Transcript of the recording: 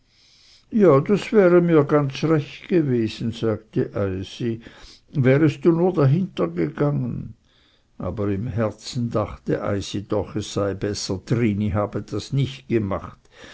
ja das wär mir ganz recht gewesen sagte eisi wärest du nur dahintergegangen aber im herzen dachte eisi doch es sei besser trini habe das nicht gemacht